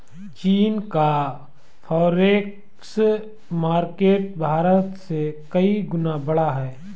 चीन का forex market Bharat से कई गुना बड़ा है